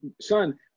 Son